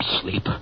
Sleep